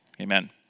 Amen